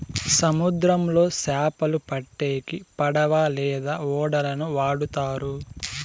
సముద్రంలో చాపలు పట్టేకి పడవ లేదా ఓడలను వాడుతారు